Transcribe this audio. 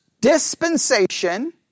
dispensation